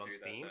steam